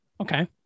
Okay